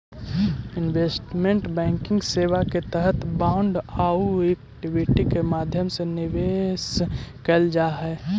investment banking सेवा के तहत बांड आउ इक्विटी के माध्यम से निवेश कैल जा हइ